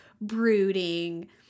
brooding